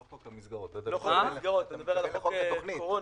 לא חוק המסגרות, אתה מדבר על חוק הקורונה.